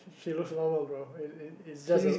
she looks normal girl it's it's it's just a